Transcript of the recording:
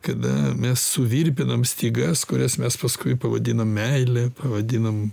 kada mes suvirpinam stygas kurias mes paskui pavadinam meile pavadinam